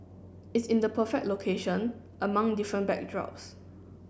it's in the perfect location among different backdrops